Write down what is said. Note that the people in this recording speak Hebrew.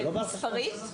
ומספרית,